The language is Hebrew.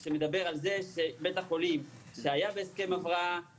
רק לניאדו נמצא בהסכם הבראה שנחתם בעבר - ההסכם נחתם ב-2017 והוא